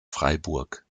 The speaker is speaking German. freiburg